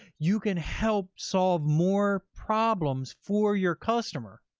you can help solve more problems for your customer.